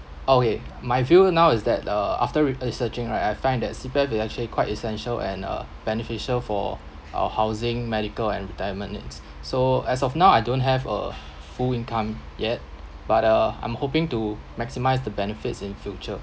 okay my view now is that uh after re~ researching right I find that C_P_F is actually quite essential and uh beneficial for uh housing medical and retirement needs so as of now I don't have a full income yet but uh I'm hoping to maximise the benefits in future